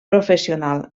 professional